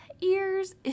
ears